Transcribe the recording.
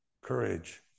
courage